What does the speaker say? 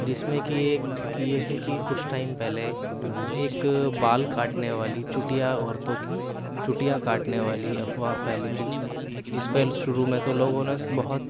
جس میں کی ایک یہ ہے کہ کچھ ٹائم پہلے ایک بال کاٹنے والی چٹیا عورتوں کی چٹیا کاٹنے والی افواہ پھیلی تھی جس پہ شروع میں تو لوگوں نے بہت